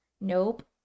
Nope